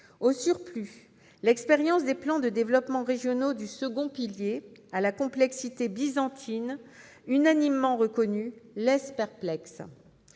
Au surplus, l'expérience des plans de développement régional du second pilier, dont la complexité byzantine est unanimement reconnue, laisse perplexe.